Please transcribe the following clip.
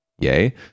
Yay